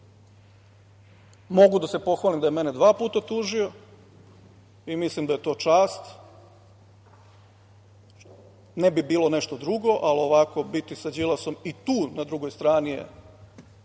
Mogu da se pohvalim da je mene dva puta optužio i mislim da je to čast. Ne bi bilo nešto drugo, ali, ovako, biti sa Đilasom i tu na drugoj strani je